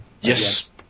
Yes